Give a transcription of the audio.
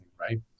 right